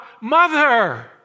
mother